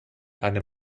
einem